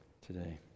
today